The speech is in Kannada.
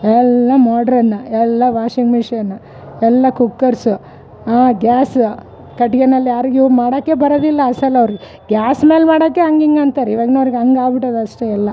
ಎಲ್ಲ ಮಾಡ್ರನ್ ಎಲ್ಲ ವಾಷಿಂಗ್ ಮೆಷಿನ್ ಎಲ್ಲ ಕುಕ್ಕರ್ಸ್ ಗ್ಯಾಸ್ ಕಟ್ಟಿಗೆನಲ್ಲಿ ಯಾರಿಗ್ಯು ಮಾಡೋಕ್ಕೆ ಬರೋದಿಲ್ಲ ಅಸಲ್ ಅವರು ಗ್ಯಾಸ್ನಲ್ಲಿ ಮಾಡೋಕ್ಕೆ ಹಂಗಿಂಗ್ ಅಂತಾರೆ ಇವಾಗ್ನೋರಿಗೆ ಹಂಗ್ ಆಗ್ಬುಟತದೆ ಅಷ್ಟೇ ಎಲ್ಲ